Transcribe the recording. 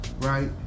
right